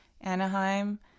Anaheim